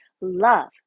love